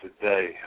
today